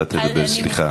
תודה רבה,